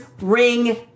ring